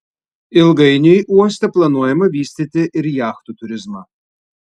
ilgainiui uoste planuojama vystyti ir jachtų turizmą